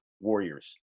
warriors